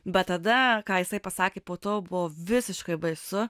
bet tada ką jisai pasakė po to buvo visiškai baisu